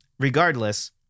Regardless